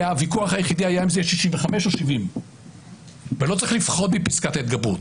הוויכוח היחיד היה אם זה יהיה 65 או 70. לא צריך לפחד מפסקת ההתגברות.